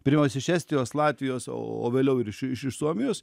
pirmiausia iš estijos latvijos o vėliau ir iš suomijos